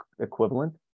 equivalent